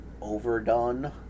overdone